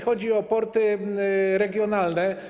Chodzi o porty regionalne.